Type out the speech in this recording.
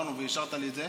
כשדיברנו ואישרת לי את זה,